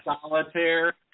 solitaire